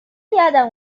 یادم